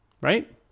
right